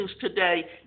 today